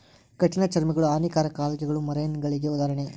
ಕಠಿಣ ಚರ್ಮಿಗಳು, ಹಾನಿಕಾರಕ ಆಲ್ಗೆಗಳು ಮರೈನಗಳಿಗೆ ಉದಾಹರಣೆ